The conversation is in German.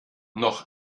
noch